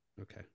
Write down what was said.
okay